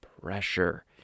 pressure